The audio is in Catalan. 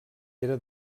era